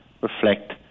reflect